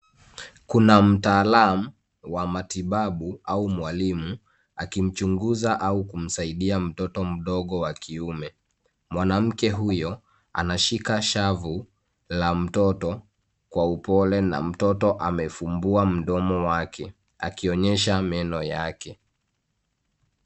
Kuna mtaalamu wa matibabu au mwalimu, akimchunguza au kumsaidia mtoto mdogo wa kiume. Mwanamke huyo anashika shavu la mtoto kwa upole, na mtoto amefumbua mdomo wake, akionyesha meno yake.